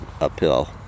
uphill